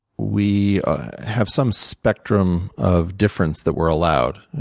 we have some spectrum of difference that we're allowed.